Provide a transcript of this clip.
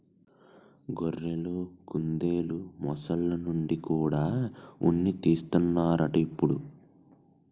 గొర్రెలు, కుందెలు, మొసల్ల నుండి కూడా ఉన్ని తీస్తన్నారట ఇప్పుడు